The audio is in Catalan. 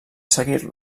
seguir